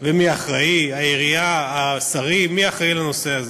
ומי אחראי, העירייה, השרים, מי אחראי לנושא הזה.